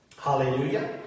Hallelujah